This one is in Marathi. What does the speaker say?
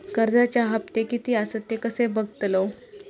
कर्जच्या हप्ते किती आसत ते कसे बगतलव?